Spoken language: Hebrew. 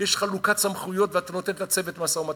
שיש חלוקת סמכויות ואת נותנת לצוות משא-ומתן.